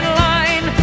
line